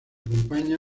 acompaña